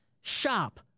shop